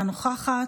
אינה נוכחת,